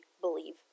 believe